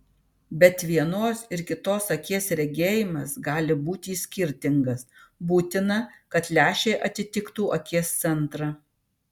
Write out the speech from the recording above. bet vienos ir kitos akies regėjimas gali būti skirtingas būtina kad lęšiai atitiktų akies centrą